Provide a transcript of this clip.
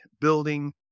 building